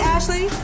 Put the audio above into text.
Ashley